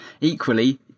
equally